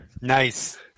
Nice